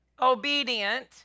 obedient